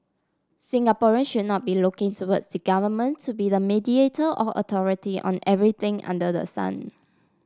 Singaporeans should not be looking towards the government to be the mediator or authority on everything under the sun